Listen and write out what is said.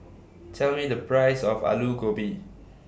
Tell Me The Price of Aloo Gobi